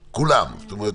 כמובן,